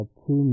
two